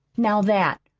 now that,